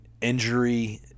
injury